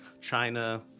China